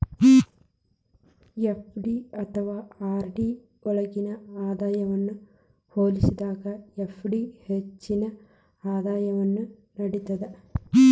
FD ಅಥವಾ RD ಯೊಳ್ಗಿನ ಆದಾಯವನ್ನ ಹೋಲಿಸಿದಾಗ ಎಫ್.ಡಿ ಹೆಚ್ಚಿನ ಆದಾಯವನ್ನು ನೇಡ್ತದ